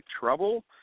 trouble